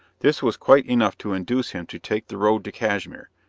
this was quite enough to induce him to take the road to cashmere,